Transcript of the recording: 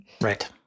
Right